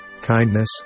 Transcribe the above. Kindness